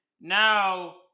now